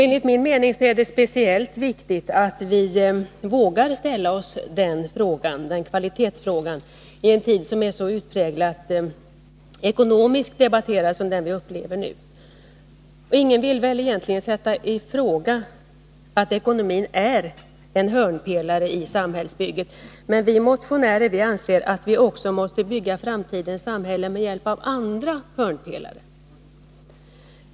Enligt min mening är det speciellt viktigt att vi vågar ställa oss den frågan i en tid som är så präglad av ekonomisk debatt som den vi upplever nu. Ingen vill väl sätta i fråga att ekonomin är en hörnpelare i samhällsbygget., men vi motionärer anser att vi också måste bygga framtidens samhälle med hjälp av andra hörnpelare.